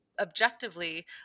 objectively